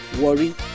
Worry